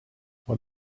what